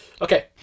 Okay